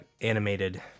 animated